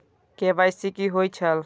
KYC कि होई छल?